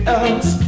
else